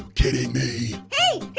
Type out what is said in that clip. kidding me? hey,